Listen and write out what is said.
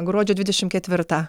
gruodžio dvidešim ketvirtą